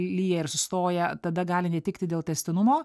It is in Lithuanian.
lyja ir sustoja tada gali netikti dėl tęstinumo